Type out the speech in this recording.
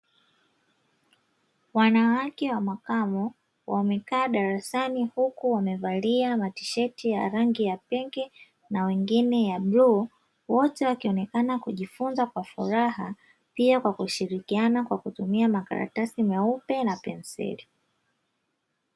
Wanawake wa makamu wamekaa darasani huku wamevalia matisheti ya rangi ya pinki na wengine ya bluu, wote wakionekana kujifunza kwa furaha pia kwa kushirikiana kwa kutumia makaratasi meupe na penseli.